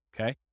Okay